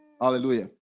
Hallelujah